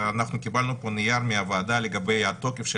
אנחנו קיבלנו פה נייר לגבי התוקף של